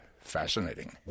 fascinating